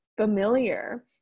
familiar